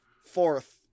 fourth